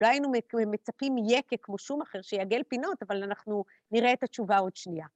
לא היינו מצפים יקק כמו שום אחר שיעגל פינות, אבל אנחנו נראה את התשובה עוד שנייה.